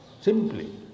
simply